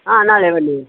ಹಾಂ ನಾಳೆ ಬನ್ನಿ